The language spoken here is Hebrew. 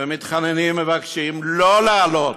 ומתחננים ומבקשים לא לעלות.